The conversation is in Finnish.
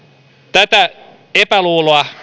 tätä epäluuloa